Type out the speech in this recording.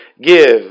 give